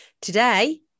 Today